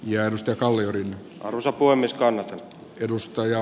jarrusta kalliorinne rosa voimistanut edustaja